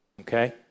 okay